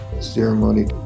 ceremony